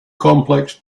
complex